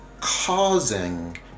Causing